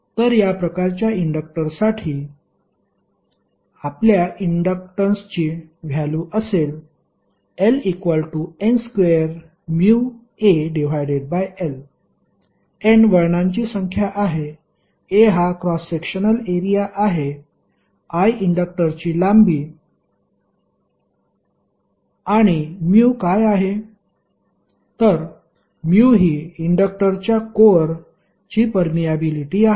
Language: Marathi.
तर या प्रकारच्या इंडक्टरसाठी आपल्या इंडक्टन्सची व्हॅल्यु असेल LN2μAl N वळणांची संख्या आहे A हा क्रॉस सेक्शनल एरिया आहे l इंडक्टरची लांबी आणि μ काय आहे तर μ ही इंडक्टरच्या कोर ची पर्मियबिलिटी आहे